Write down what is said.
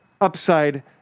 upside